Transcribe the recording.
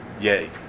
Yay